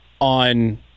on